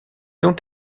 ont